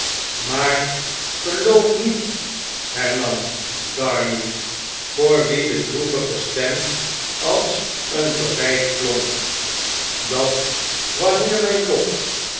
maar geloof niet hernam darnay voor wien de droevige stem als een verwjjt klonk dat wanneer mjjn lot